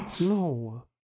no